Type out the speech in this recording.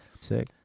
Sick